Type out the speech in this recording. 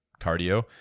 cardio